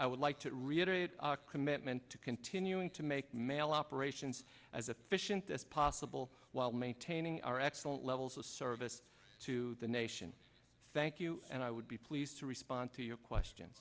i would like to reiterate a commitment to continuing to make mail up grayson's as efficient as possible while maintaining our excellent levels of service to the nation thank you and i would be pleased to respond to your question